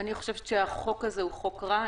אני חושבת שהחוק הזה הוא חוק רע.